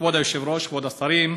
כבוד היושב-ראש, כבוד השרים,